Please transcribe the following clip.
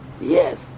Yes